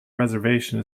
reservation